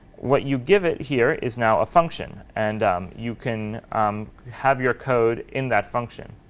what you give it here is now a function. and you can um have your code in that function.